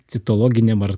citologiniam ar